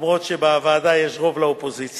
גם אם בוועדה יש רוב לאופוזיציה,